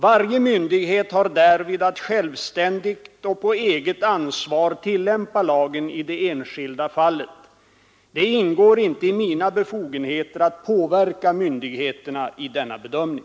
Varje myndighet har därvid att självständigt och på eget ansvar tillämpa lagen i det enskilda fallet. Det ingår inte i mina befogenheter att påverka myndigheterna i denna bedömning.